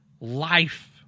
life